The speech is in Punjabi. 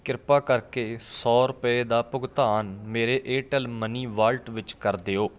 ਕਿਰਪਾ ਕਰਕੇ ਸੋ ਰੁਪਏ ਦਾ ਭੁਗਤਾਨ ਮੇਰੇ ਏਅਰਟੈੱਲ ਮਨੀ ਵਾਲਟ ਵਿੱਚ ਕਰ ਦਿਓ